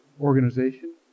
organization